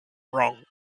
wrong